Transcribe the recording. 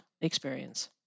experience